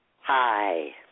Hi